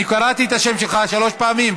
אני קראתי את השם שלך שלוש פעמים.